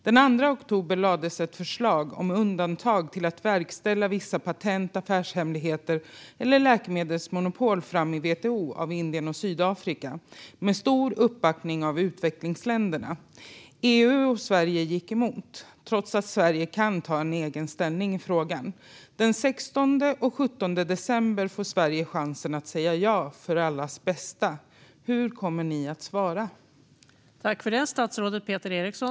Den 2 oktober lade Indien och Sydafrika fram ett förslag i WTO om undantag gällande vissa patent, affärshemligheter eller läkemedelsmonopol. Man hade stor uppbackning av utvecklingsländerna. EU och Sverige gick emot detta förslag, trots att Sverige kan ta egen ställning i frågan. Den 16 och 17 december får Sverige chansen att säga ja, för allas bästa. Hur kommer ni att svara, statsrådet Eriksson?